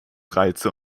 reize